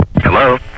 Hello